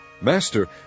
Master